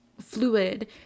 fluid